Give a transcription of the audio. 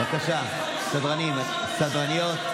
בבקשה, סדרניות,